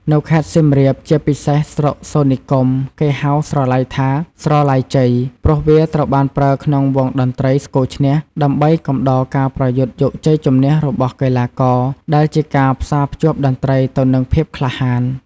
នៅខេត្តសៀមរាប ជាពិសេសស្រុកសូត្រនិគម គេហៅស្រឡៃថា «ស្រឡៃជ័យ» ព្រោះវាត្រូវបានប្រើក្នុងវង់តន្ត្រីស្គរឈ្នះ ដើម្បីកំដរការប្រយុទ្ធយកជ័យជំនះរបស់កីឡាករ ដែលជាការផ្សារភ្ជាប់តន្ត្រីទៅនឹងភាពក្លាហាន។